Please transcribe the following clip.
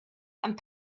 and